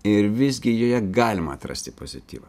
ir visgi joje galima atrasti pozityvą